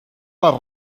les